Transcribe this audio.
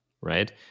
right